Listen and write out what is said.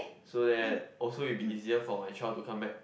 so that also it'll be easier for my child to come back